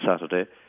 Saturday